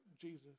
Jesus